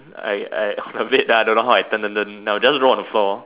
I I I on the bed then I don't know how I turn no that one is roll on the floor